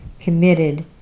committed